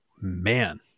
Man